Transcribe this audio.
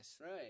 Right